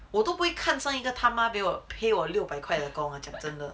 我都不会看上一个他妈给我 pay 我六百块的工讲真的